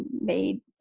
made